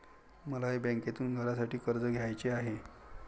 मलाही बँकेतून घरासाठी कर्ज घ्यायचे आहे